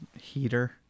heater